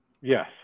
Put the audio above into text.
Yes